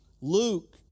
Luke